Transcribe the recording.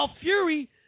Fury